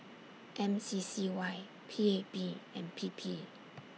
M C C Y P A P and P P